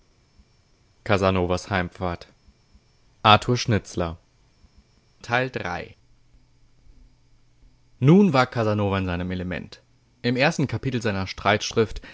nun war casanova in seinem element im ersten kapitel seiner